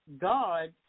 God